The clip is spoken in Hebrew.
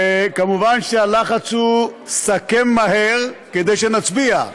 ומובן שהלחץ הוא: סכם מהר, כדי שנצביע.